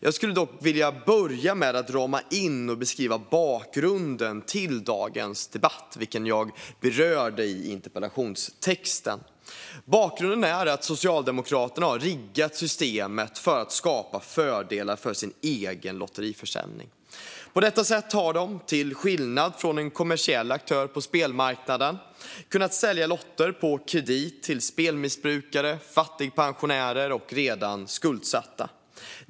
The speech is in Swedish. Jag skulle dock vilja börja med att rama in och beskriva bakgrunden till dagens debatt, vilken jag berörde i interpellationstexten. Bakgrunden är att Socialdemokraterna har riggat systemet för att skapa fördelar för sin egen lotteriförsäljning. På detta sätt har de, till skillnad från en kommersiell aktör på spelmarknaden, kunnat sälja lotter på kredit till spelmissbrukare, fattigpensionärer och redan skuldsatta.